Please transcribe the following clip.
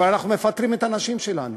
אבל אנחנו מפטרים את האנשים שלנו,